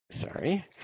Sorry